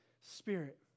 spirit